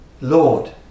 Lord